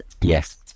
yes